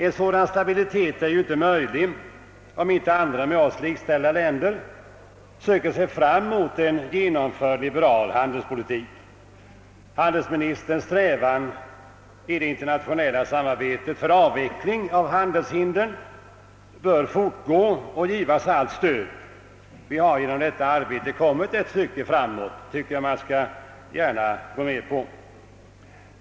En sådan stabilitet är inte möjlig, om inte andra med oss likställda länder söker sig fram mot en genomförd liberal handelspolitik. Handelsministerns strävan i det internationella samarbetet för avveckling av handelshindren bör fortgå och givas allt stöd. Att vi genom detta arbete kommit ett stycke framåt bör enligt min uppfattning erkännas.